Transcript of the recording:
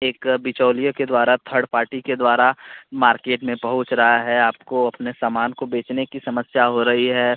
एक बिचौलिये के द्वारा थर्ड पार्टी के द्वारा मार्केट में पहुँच रहा है आपको अपने सामान को बेचने की समस्या हो रही है